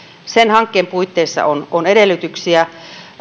sen hankkeen puitteissa on on edellytyksiä